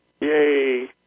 Yay